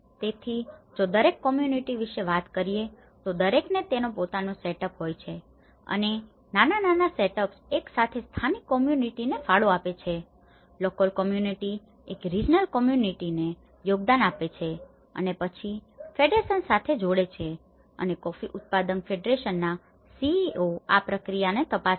તેથી જો દરેક કોમ્યુનિટી community સમુદાય વિશે વાત કરીએ તો દરેકને તેનો પોતાનો સેટઅપ setup સ્થાપના હોય છે અને આ નાના સેટઅપ્સ એક સ્થાનિક કોમ્યુનિટીને community સમુદાય ફાળો આપે છે લોકલ કોમ્યુનિટી local community સ્થાનિક સમુદાય એક રિજનલ કોમ્યુનિટીને regional community પ્રાદેશિક સમુદાય યોગદાન આપે છે અને પછી ફેડરેશન federation સંઘ સાથે જોડે છે અને કોફી ઉત્પાદક ફેડરેશનના CEO આ પ્રક્રિયાને તપાસે છે